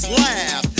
laugh